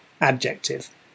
Adjective